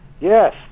Yes